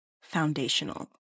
foundational